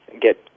get